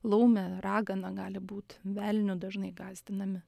laumė ragana gali būti velniu dažnai gąsdinami